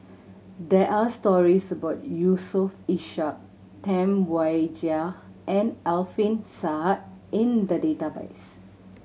there are stories about Yusof Ishak Tam Wai Jia and Alfian Sa'at in the database